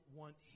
want